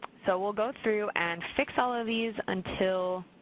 so we'll go through and fix all of these until